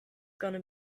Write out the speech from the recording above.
gonna